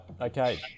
Okay